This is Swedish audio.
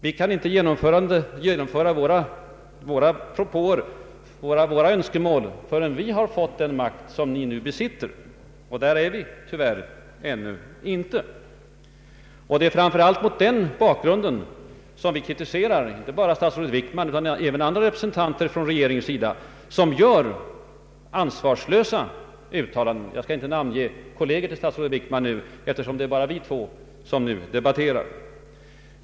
Vi däremot kan inte genomföra våra önskemål förrän vi har fått den makt ni nu besitter. Där är vi tyvärr ännu inte. Det är framför allt mot den bakgrunden som vi kritiserar, inte bara statsrådet Wickman utan även andra regeringsrepresentanter som gör ansvarslösa uttalanden. Jag skall inte nu namnge kolleger till statsrådet Wickman, eftersom det bara är vi två som debatterar.